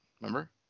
remember